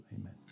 Amen